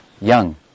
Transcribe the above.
young